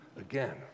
again